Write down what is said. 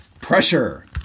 Pressure